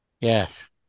yes